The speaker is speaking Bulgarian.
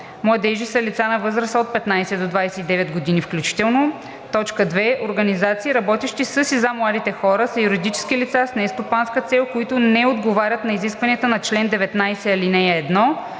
„Младежи“ са лица на възраст от 15 до 29 години включително. 2. „Организации, работещи със и за младите хора“ са юридически лица с нестопанска цел, които не отговарят на изискванията на чл. 19, ал. 1,